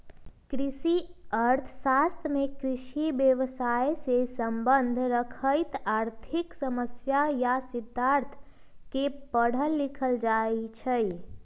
कृषि अर्थ शास्त्र में कृषि व्यवसायसे सम्बन्ध रखैत आर्थिक समस्या आ सिद्धांत के पढ़ल लिखल जाइ छइ